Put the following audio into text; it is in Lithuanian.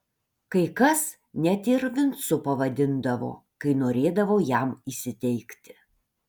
kai kas net ir vincu pavadindavo kai norėdavo jam įsiteikti